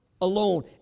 alone